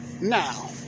Now